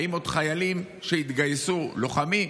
האם עוד חיילים שיתגייסו, לוחמים,